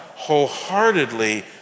wholeheartedly